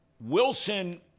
Wilson